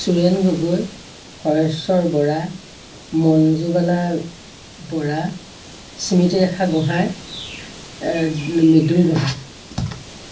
Suren Gogoi Shareswar Bora Manjuwala Bora Smritirekha Gohain Mridul Gohain